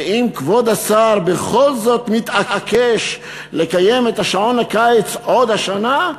ואם כבוד השר בכל זאת מתעקש לקיים את שעון הקיץ עוד השנה,